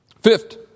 Fifth